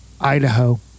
Idaho